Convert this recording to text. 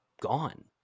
gone